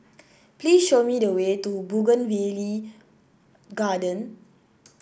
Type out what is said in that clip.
please show me the way to Bougainvillea Garden